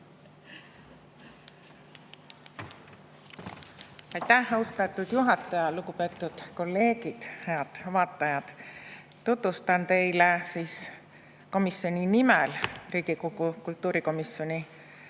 Aitäh, austatud juhataja! Lugupeetud kolleegid! Head vaatajad! Tutvustan teile komisjoni nimel Riigikogu kultuurikomisjoni